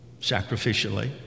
sacrificially